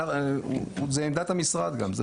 זו גם עמדת המשרד.